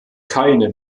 keine